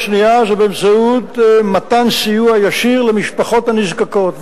דרך שנייה זה באמצעות מתן סיוע ישיר למשפחות הנזקקות,